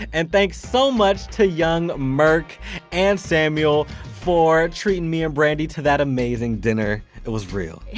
and thanks so much to young merk and samuel for treating me and brandi to that amazing dinner! it was real! yeah